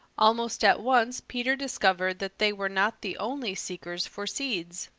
almost at once peter discovered that they were not the only seekers for seeds.